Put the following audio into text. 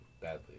badly